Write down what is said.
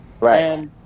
Right